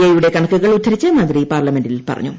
ഐയുടെ കണക്കുകൾ ഉദ്ധരിച്ച് മന്ത്രി പാർലമെന്റിൽ പറഞ്ഞു